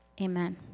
Amen